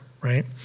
right